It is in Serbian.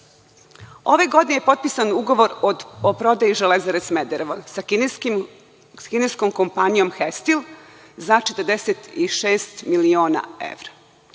godine je potpisan ugovor o prodaji „Železare Smederevo“ sa kineskom kompanijom „Hestil“ za 46 miliona evra.